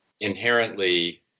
inherently